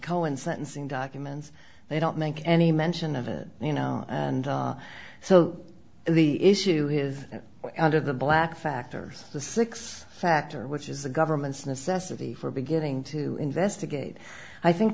cohen sentencing documents they don't make any mention of it you know and so the issue here is under the black factor the six factor which is the government's necessity for beginning to investigate i